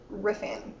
riffing